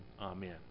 Amen